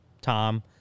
Tom